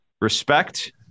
respect